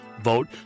vote